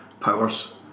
powers